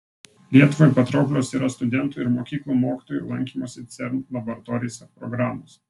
lietuvai patrauklios yra studentų ir mokyklų mokytojų lankymosi cern laboratorijose programos